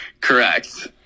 Correct